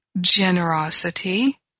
generosity